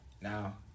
now